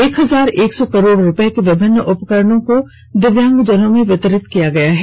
एक हजार एक सौ करोड़ रूपये के विभिन्न उपकरण दिव्यांगजनों में वितरित किये गये हैं